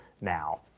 now